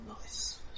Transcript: Nice